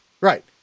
Right